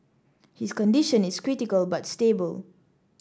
his condition is critical but stable